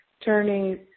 turning